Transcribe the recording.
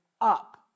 up